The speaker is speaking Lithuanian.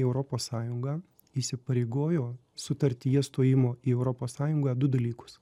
europos sąjunga įsipareigojo sutartyje stojimo į europos sąjungoje du dalykus